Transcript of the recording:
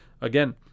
again